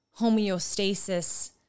homeostasis